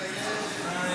כסף.